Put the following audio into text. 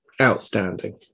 outstanding